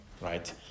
right